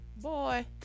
Boy